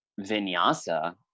vinyasa